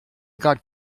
got